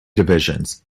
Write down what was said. divisions